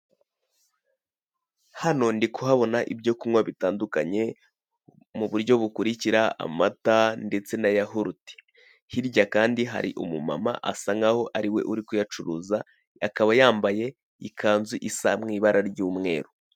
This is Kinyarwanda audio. Hano ndi kuhabona ibyo kunywa bitandukanye mu buryo bukurikira amata ndetse na yahurute hirya kandi hari umumama asa nkaho ariwe uri kuyacuruza akaba yambaye ikanzu isa mu ibara ry'umweru.